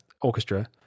orchestra